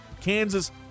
Kansas